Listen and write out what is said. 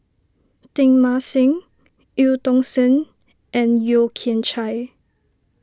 Teng Mah Seng Eu Tong Sen and Yeo Kian Chai